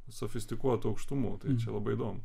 sofistikuotų aukštumų tai čia labai įdomu